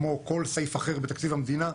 כמו כל סעיף אחר בתקציב המדינה,